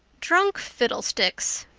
drunk fiddlesticks!